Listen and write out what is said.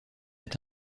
est